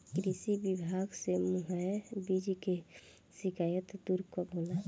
कृषि विभाग से मुहैया बीज के शिकायत दुर कब होला?